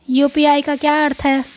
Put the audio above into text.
UPI का क्या अर्थ है?